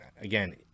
again